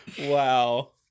Wow